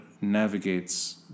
navigates